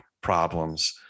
problems